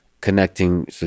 connecting